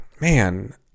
man